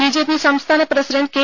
BJP സംസ്ഥാന president K